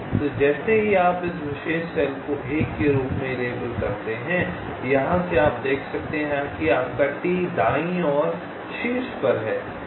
तो जैसे ही आप इस विशेष सेल को 1 के रूप में लेबल करते हैं यहां से आप देख सकते हैं कि आपका T दाईं ओर शीर्ष पर है